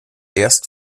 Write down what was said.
erst